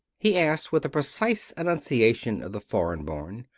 he asked, with the precise enunciation of the foreign-born.